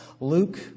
Luke